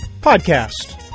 podcast